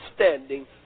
understanding